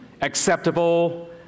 acceptable